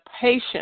patient